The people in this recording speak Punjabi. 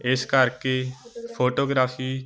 ਇਸ ਕਰਕੇ ਫੋਟੋਗ੍ਰਾਫੀ